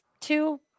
two